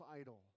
idol